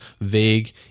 vague